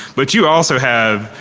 but you also have,